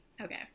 okay